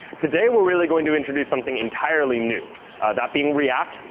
today we're really going to introduce something entirely new that being react,